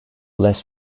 less